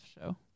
show